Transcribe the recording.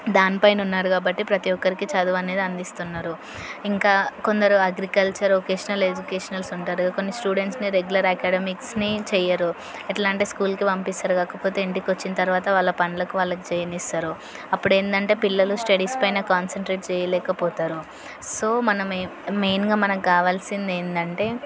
దానిపైన ఉన్నారు కాబట్టి ప్రతి ఒక్కరికి చదువు అనేది అందిస్తున్నారు ఇంకా కొందరు అగ్రికల్చర్ ఒకేషనల్ ఎడ్యుకేషనల్స్ ఉంటారు కొన్ని స్టూడెంట్స్ని రెగ్యులర్ అకాడమిక్స్ని చెయ్యరు ఎట్లా అంటే స్కూల్కి పంపిస్తారు కాకపోతే ఇంటికి వచ్చిన తర్వాత వాళ్ళ పనులకు వాళ్ళకు చేయనిస్తారు అప్పుడు ఏంటంటే పిల్లలు స్టడీస్ పైన కాన్సెంట్రేట్ చేయలేకపోతారు సో మనం మె మెయిన్గా మనకి కావాల్సింది ఏంటంటే